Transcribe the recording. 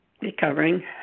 recovering